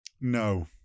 No